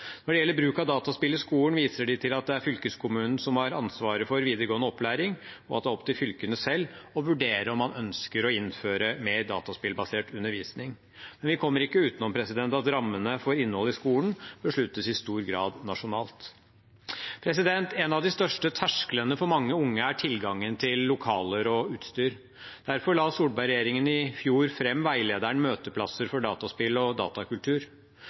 Når det gjelder bruk av dataspill i skolen, viser de til at det er fylkeskommunen som har ansvaret for videregående opplæring, og at det er opp til fylkene selv å vurdere om man ønsker å innføre mer dataspillbasert undervisning. Men vi kommer ikke utenom at rammene for innholdet i skolen i stor grad besluttes nasjonalt. En av de høyeste tersklene for mange unge er tilgangen til lokaler og utstyr. Derfor la Solberg-regjeringen i fjor fram veilederen Møteplasser for dataspill og datakultur.